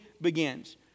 begins